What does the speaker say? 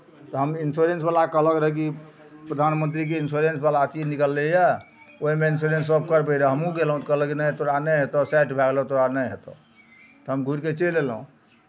हम इंश्योरेंसवला कहलक रहए कि प्रधानमन्त्रीके इंश्योरेंसवला चीज निकललै यए ओहिमे इंश्योरेंस सभ करबैत रहै हमहूँ गेलहुँ तऽ कहलक नहि तोरा नहि हेतह साठि भए गेलौए तोरा नहि हेतह तऽ हम घुरि कऽ चलि अयलहुँ